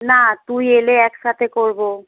না তুই এলে একসাথে করবো